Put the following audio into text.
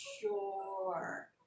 Sure